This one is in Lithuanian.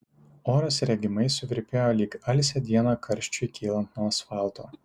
oras regimai suvirpėjo lyg alsią dieną karščiui kylant nuo asfalto